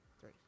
three